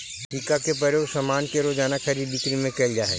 सिक्का के प्रयोग सामान के रोज़ाना खरीद बिक्री में कैल जा हई